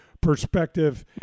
perspective